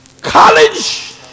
college